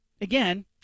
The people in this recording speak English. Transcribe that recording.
Again